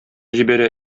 җибәрә